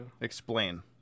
explain